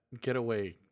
getaway